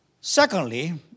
Secondly